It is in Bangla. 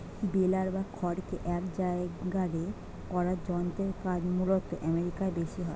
বেলার বা খড়কে এক জায়গারে করার যন্ত্রের কাজ মূলতঃ আমেরিকায় বেশি হয়